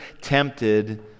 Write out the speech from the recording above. tempted